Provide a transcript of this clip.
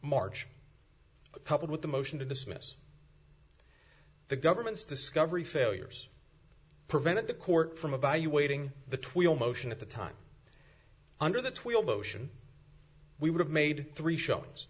march coupled with the motion to dismiss the government's discovery failures prevented the court from evaluating the tweel motion at the time under that tweel motion we would have made three shots